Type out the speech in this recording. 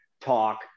talk